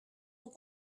ont